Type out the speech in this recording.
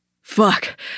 Fuck